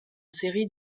série